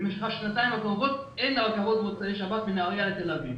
במשך השנתיים הקרובות אין במוצאי שבת רכבות בין נהריה לתל אביב.